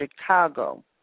Chicago